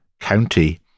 county